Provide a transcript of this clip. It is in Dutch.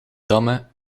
damme